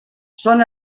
són